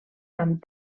amb